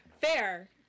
Fair